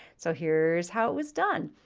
so here's how it was done.